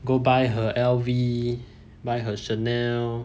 go buy her L_V by her Chanel